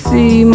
See